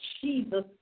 Jesus